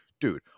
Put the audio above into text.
dude